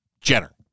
Jenner